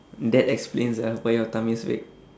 that explains um why your tummy is big